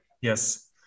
Yes